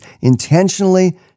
intentionally